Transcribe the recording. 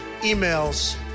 emails